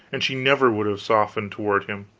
and she never would have softened toward him.